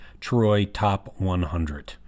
TroyTop100